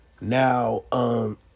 Now